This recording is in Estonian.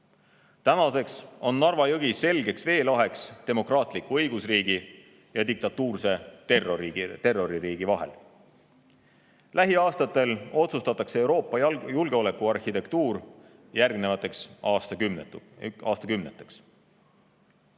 Tänaseks on Narva jõgi selgeks veelahkmeks demokraatliku õigusriigi ja diktatuurse terroririigi vahel. Lähiaastatel otsustatakse Euroopa julgeolekuarhitektuur järgnevateks aastakümneteks."Kuniks